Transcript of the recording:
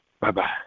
Bye-bye